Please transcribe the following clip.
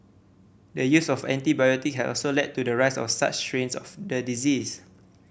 the use of antibiotic has also led to the rise of such strains of the disease